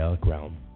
ground